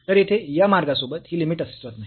तर येथे या मार्गासोबत ही लिमिट अस्तित्वात नाही